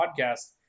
podcast